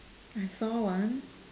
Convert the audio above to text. I found one